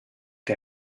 der